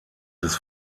des